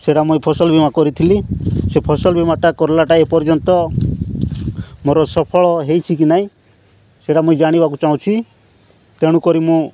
ସେଇଟା ମୁଇଁ ଫସଲ ବୀମା କରିଥିଲି ସେ ଫସଲ ବୀମାଟା କଲାଟା ଏପର୍ଯ୍ୟନ୍ତ ମୋର ସଫଳ ହୋଇଛି କି ନାହିଁ ସେଇଟା ମୁଇଁ ଜାଣିବାକୁ ଚାହୁଁଛି ତେଣୁକରି ମୁଁ